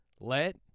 Let